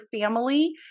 family